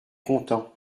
content